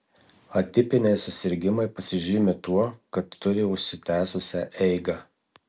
atipiniai susirgimai pasižymi tuo kad turi užsitęsusią eigą